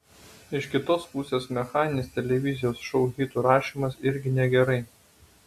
iš kitos pusės mechaninis televizijos šou hitų rašymas irgi negerai